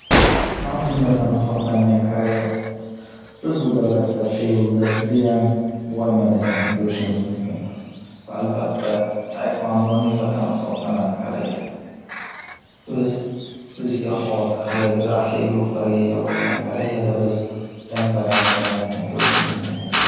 Samsung vatani bo’lgan Koreya - biz bu davlatda Seulda judayam boy madaniyatni ko’rishimiz mumkin. Va albatta taekvandoning vatani hisoblanadi Koreya. O’z- o’ziga xos xoreyagrafiya guruhlariga ega bo’lgan Koreyada biz rang-barang madaniyatni ko’rishimiz mumkin.